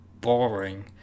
boring